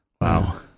Wow